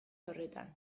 horretan